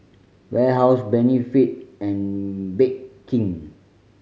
Warehouse Benefit and Bake King